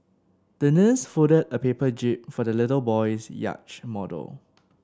the nurse folded a paper jib for the little boy's yacht model